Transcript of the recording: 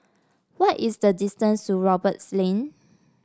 what is the distance to Roberts Lane